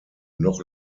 noch